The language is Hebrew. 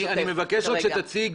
אני מבקש שתציג,